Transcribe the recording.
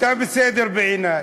אתה בסדר בעיני.